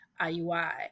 IUI